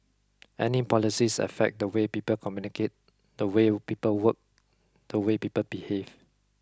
any policies affect the way people communicate the way people work the way people behave